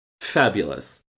Fabulous